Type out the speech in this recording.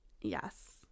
Yes